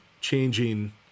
changing